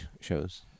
shows